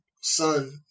son